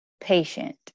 patient